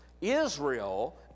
Israel